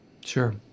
Sure